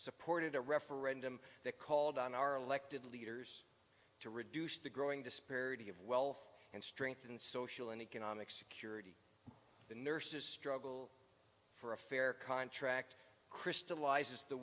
supported a referendum that called on our elected leaders to reduce the growing disparity of wealth and strengthen social and economic security the nurses struggle for a fair contract crystallizes the